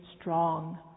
strong